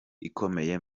ikomeye